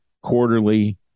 quarterly